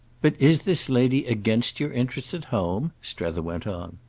but is this lady against your interests at home? strether went on.